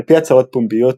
על פי הצהרות פומביות,